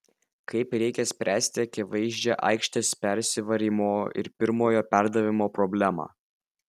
kaip reikia spręsti akivaizdžią aikštės persivarymo ir pirmojo perdavimo problemą